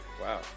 wow